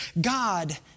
God